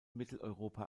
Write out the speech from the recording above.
mitteleuropa